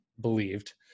believed